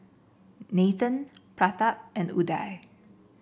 Nathan Pratap and Udai